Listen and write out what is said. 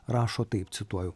rašo taip cituoju